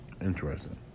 Interesting